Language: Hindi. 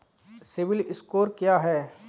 सिबिल स्कोर क्या है?